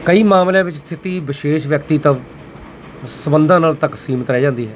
ਕਈ ਮਾਮਲਿਆਂ ਵਿੱਚ ਸਥਿਤੀ ਵਿਸ਼ੇਸ਼ ਵਿਅਕਤੀਤਵ ਸੰਬੰਧਾਂ ਨਾਲ ਤੱਕ ਸੀਮਤ ਰਹਿ ਜਾਂਦੀ ਹੈ